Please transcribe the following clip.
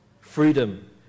freedom